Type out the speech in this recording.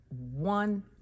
one